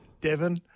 Devon